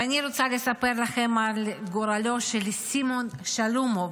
ואני רוצה לספר לכם על גורלו של סימון שלומוב.